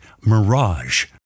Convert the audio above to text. Mirage